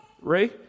Ray